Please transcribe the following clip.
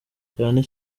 cyane